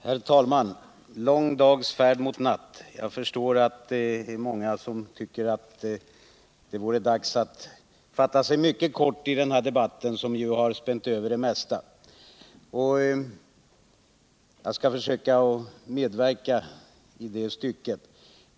Herr talman! Lång dags färd mot natt. Jag förstår att många tycker att det vore dags att fatta sig mycket kort i denna debatt som ju spänt över det mesta. Jag skall försöka medverka i det stycket.